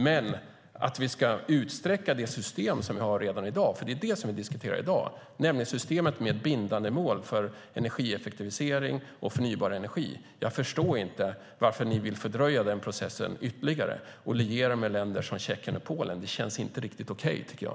Men det som vi diskuterar i dag är om vi ska förlänga det system vi redan har med bindande mål för energieffektivisering och förnybar energi. Jag förstår inte varför ni vill fördröja den processen ytterligare och liera er med länder som Tjeckien och Polen. Det känns inte riktigt okej, tycker jag.